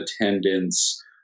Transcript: attendance